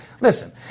Listen